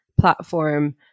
platform